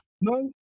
no